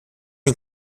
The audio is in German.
den